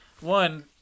One